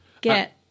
get